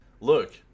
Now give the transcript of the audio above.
Look